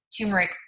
turmeric